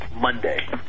Monday